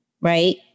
right